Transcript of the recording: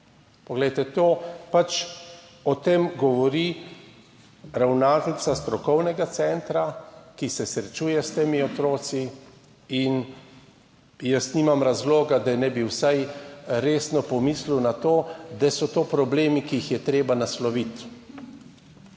Poglejte, o tem govori ravnateljica strokovnega centra, ki se srečuje s temi otroki, in jaz nimam razloga, da ne bi vsaj resno pomislil na to, da so to problemi, ki jih je treba nasloviti.